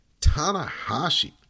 Tanahashi